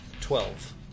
Twelve